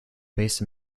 base